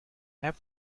have